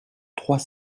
trois